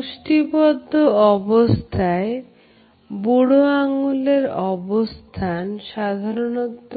মুষ্টি বদ্ধ অবস্থায় বুড়ো আঙ্গুলের অবস্থান সাধারণত